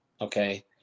okay